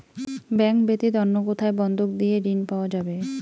Bank ব্যাতীত অন্য কোথায় বন্ধক দিয়ে ঋন পাওয়া যাবে?